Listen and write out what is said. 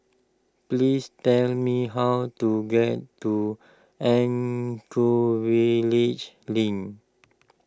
please tell me how to get to Link